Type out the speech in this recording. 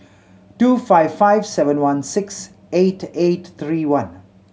two five five seven one six eight eight three one